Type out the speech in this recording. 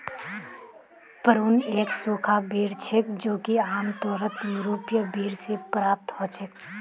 prune एक सूखा बेर छेक जो कि आमतौरत यूरोपीय बेर से प्राप्त हछेक